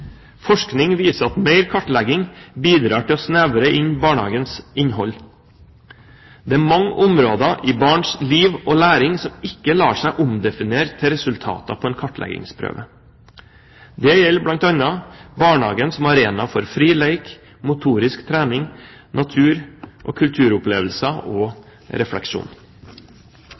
Forskning viser at mer kartlegging bidrar til å snevre inn barnehagens innhold. Det er mange områder i barns liv og læring som ikke lar seg omdefinere til resultater på en kartleggingsprøve. Det gjelder bl.a. barnehagen som arena for fri lek, motorisk trening, natur- og kulturopplevelser og refleksjon.